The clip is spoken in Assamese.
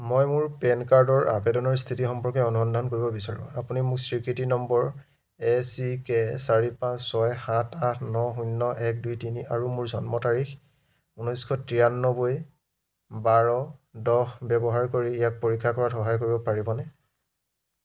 মই মোৰ পেন কাৰ্ডৰ আবেদনৰ স্থিতি সম্পৰ্কে অনুসন্ধান কৰিব বিচাৰোঁ আপুনি মোক স্বীকৃতি নম্বৰ এ চি কে চাৰি পাঁচ ছয় সাত আঠ ন শূন্য এক দুই তিনি আৰু মোৰ জন্ম তাৰিখ ঊনৈছ তিৰানব্বৈ বাৰ দহ ব্যৱহাৰ কৰি ইয়াক পৰীক্ষা কৰাত সহায় কৰিব পাৰিবনে